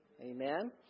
Amen